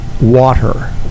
water